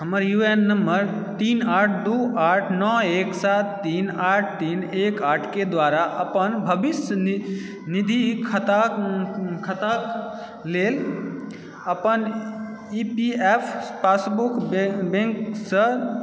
हमर U N number तीन आठ दू आठ नओ एक सात तीन आठ तीन एक आठ के द्वारा अपन भविष्य निधि खाता खाता लेल अपन ई पी एफ पासबुक बैंकसँ